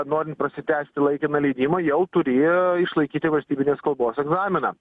norint prasitęsti laikiną leidimą jau turi išlaikyti valstybinės kalbos egzaminą